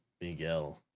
Miguel